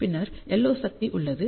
பின்னர் LO சக்தி உள்ளது